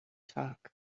talk